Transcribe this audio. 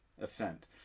assent